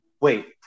Wait